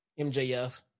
MJF